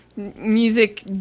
music